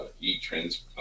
e-trans